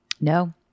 no